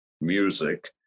music